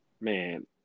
Man